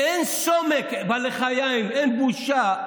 אין סומק בלחיים, אין בושה.